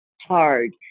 hard